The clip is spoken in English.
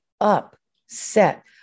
upset